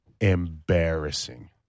embarrassing